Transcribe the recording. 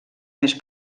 més